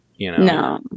No